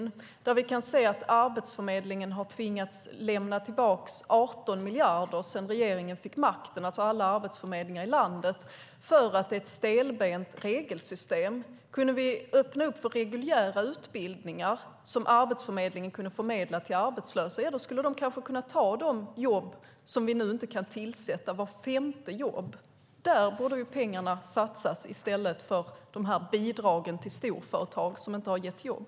Vi har kunnat se att Arbetsförmedlingen, alltså alla arbetsförmedlingar i landet, tvingats lämna tillbaka 18 miljarder sedan regeringen fick makten, eftersom vi har ett stelbent regelsystem. Om vi öppnade för reguljära utbildningar som Arbetsförmedlingen kunde förmedla till arbetslösa skulle de kanske kunna ta de jobb som vi nu inte kan tillsätta - vart femte jobb. Där borde pengarna satsas i stället för att ge bidrag till storföretagen, vilket inte resulterar i jobb.